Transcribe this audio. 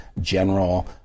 General